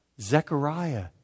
Zechariah